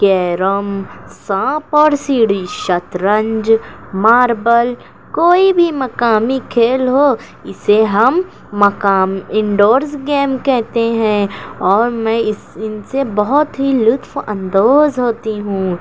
carrom سانپ اور سیڑھی شطرنج ماربل کوئی بھی مقامی کھیل ہو اسے ہم مقام انڈورس گیم کہتے ہیں اور میں اس ان سے بہت ہی لطف اندوز ہوتی ہوں